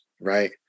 right